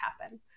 happen